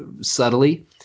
subtly